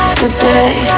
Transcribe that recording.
goodbye